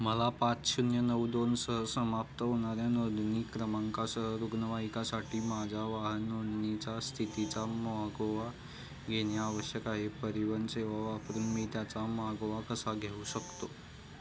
मला पाच शून्य नऊ दोनसह समाप्त होणाऱ्या नोंदणी क्रमांकासह रुग्णवाहिकेसाठी माझ्या वाहन नोंदणीचा स्थितीचा मागोवा घेणे आवश्यक आहे परिवहन सेवा वापरून मी त्याचा मागोवा कसा घेऊ शकतो